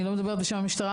אני לא מדברת בשם המשטרה,